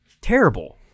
terrible